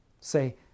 Say